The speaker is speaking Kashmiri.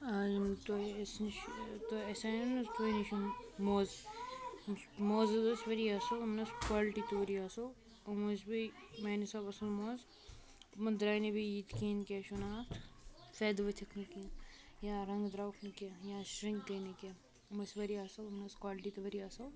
تۄہہِ أسۍ نِش تۄہہِ اَسہِ اَنیاو نَہ حظ تُۄہہِ نِش موز موز حظ ٲسۍ واریاہ اَصٕل یِمن ٲس کالٹی تہِ واریاہ اَصٕل یِم ٲسۍ بیٚیہِ میانہِ حِساب اَصٕل موز یِمن درٛاے نہٕ بیٚیہِ ییٚتہِ کِہیٖنۍ کیٛاہ چھُ وَنان اَتھ فٮ۪دٕ ؤتھِکھ نہٕ کیٚنٛہہ یا رنٛگ درٛاوُکھ نہٕ کیٚنٛہہ یا شِرنٛک گٔے نہٕ کیٚنٛہہ یٕم ٲسۍ واریاہ اَصل یِمن ٲس کالٹی تہِ واریاہ اَصٕل